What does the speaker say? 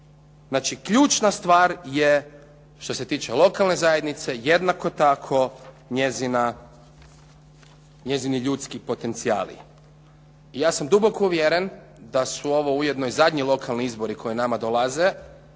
Znači, ključna stvar je što se tiče lokalne zajednice jednako tako njezini ljudski potencijali. Ja sam duboko uvjeren da su ovo ujedno i zadnji lokalni izbori koji nama dolaze,